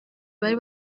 bari